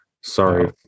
Sorry